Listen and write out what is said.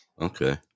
Okay